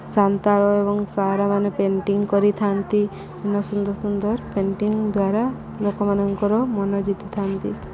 ସାନ୍ତାଳ ଏବଂ ସାର୍ମାନେ ପେଣ୍ଟିଂ କରିଥାନ୍ତି ଏନ ସୁନ୍ଦର ସୁନ୍ଦର ପେଣ୍ଟିଙ୍ଗ ଦ୍ୱାରା ଲୋକମାନଙ୍କର ମନ ଜିତିଥାନ୍ତି